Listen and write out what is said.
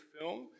film